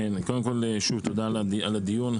קודם כל שוב תודה על הדיון,